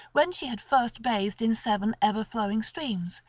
when she had first bathed in seven ever-flowing streams,